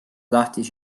tahtis